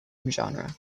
genre